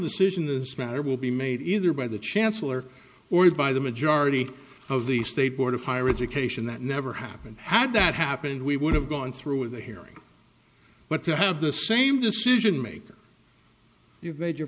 decision this matter will be made either by the chancellor or by the majority of the state board of higher education that never happened had that happened we would have gone through with a hearing but to have the same decision maker you've made your